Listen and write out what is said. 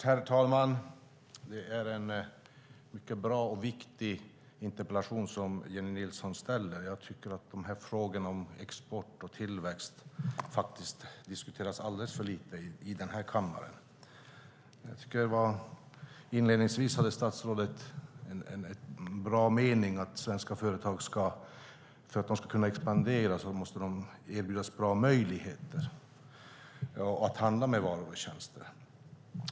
Herr talman! Det är en mycket bra och viktig interpellation som Jennie Nilsson ställer. Jag tycker att frågorna om export och tillväxt faktiskt diskuteras alldeles för lite i den här kammaren. Inledningsvis hade statsrådet en bra mening, att för att svenska företag ska kunna expandera måste de erbjudas bra möjligheter att handla med varor och tjänster.